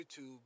YouTube